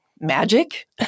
magic